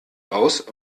aus